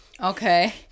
Okay